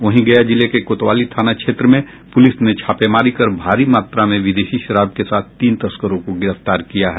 वहीं गया जिले के कोतवाली थाना क्षेत्र में प्रलिस ने छापेमारी कर भारी मात्रा में विदेशी शराब के साथ तीन तस्करों को गिरफ्तार किया है